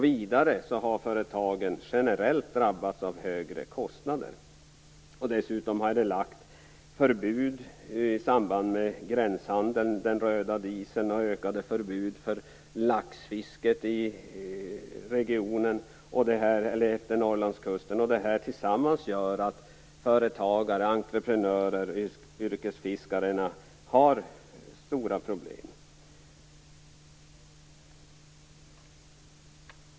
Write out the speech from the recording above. Vidare har företagen generellt drabbats av högre kostnader. Dessutom har tillkommit förbud i samband med gränshandeln - det gäller den röda dieseln - och mer omfattande förbud för laxfisket i regionen utefter Norrlandskusten. Detta tillsammans gör att företagare, entreprenörer och, yrkesfiskare har stora problem.